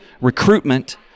recruitment